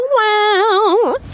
wow